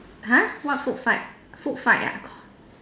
!huh! what food fight food fight ah